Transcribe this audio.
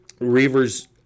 Reavers –